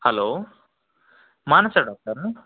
hello Manasa ಡಾಕ್ಟರಾ